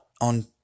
on